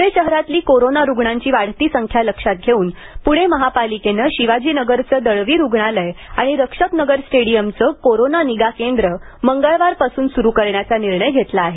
पुणे शहरातली कोरोना रुग्णांची वाढती संख्या लक्षात घेऊन पुणे महापालिकेने शिवाजीनगरचे दळवी रुग्णालय आणि रक्षकनगर स्टेडियमचे कोरोना निगा केंद्र मंगळवारपासून सुरू करण्याचा निर्णय घेण्यात आला आहे